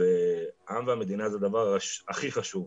והעם והמדינה זה הדבר הכי חשוב.